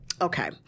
okay